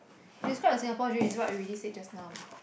describe a Singapore dream is what we already said just now